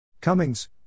Cummings